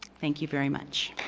thank you very much.